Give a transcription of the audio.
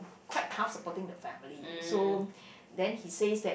quite tough supporting the family so then he says that